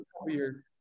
Weird